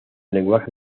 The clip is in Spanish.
lenguaje